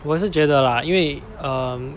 我也是觉得啦因为 err